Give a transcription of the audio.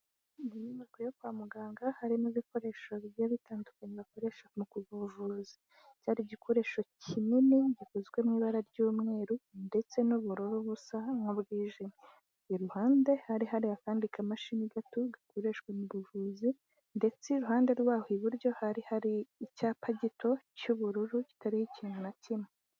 Mu nyubako yo kwa muganga, harimo ibikoresho bigiye bitandukanye bakoresha mu buvuzi. Cyari igikoresho kinini, gikozwe mu ibara ry'umweru ndetse n'ubururu busa nk'ubwijimye. Iruhande hari hari akandi kamashini gato gakoreshwa mu buvuzi, ndetse iruhande rwaho iburyo, hari hari icyapa gito cy'ubururu, kitariho ikintu na kimwe.